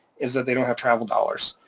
is that they don't have travel dollars.